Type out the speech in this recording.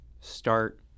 start